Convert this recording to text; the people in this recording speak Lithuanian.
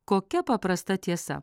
kokia paprasta tiesa